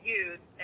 use